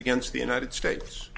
against the united states